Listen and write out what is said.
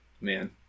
man